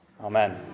Amen